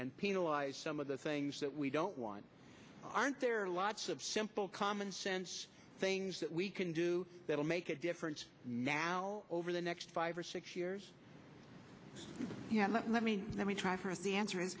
and penalize some of the things that we don't want aren't there lots of simple common sense things that we can do that will make a difference now over the next five or six years let me let me try first the answer is